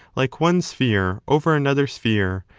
like one sphere over another sphere,